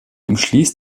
umschließt